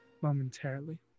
momentarily